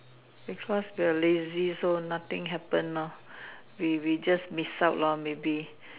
because we are lazy so nothing happen lah we we just miss out lah maybe